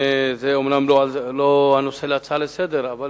זה אומנם לא נושא ההצעה לסדר-היום,